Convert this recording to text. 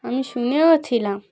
আমি শুনেওছিলাম